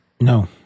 No